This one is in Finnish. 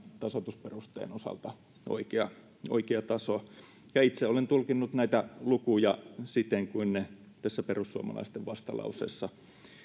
tasoitusperusteen osalta oikea oikea taso ja itse olen tulkinnut näitä lukuja siten kuin ne tässä perussuomalaisten vastalauseessa